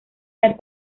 las